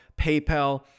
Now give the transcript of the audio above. PayPal